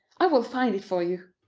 i will find it for you.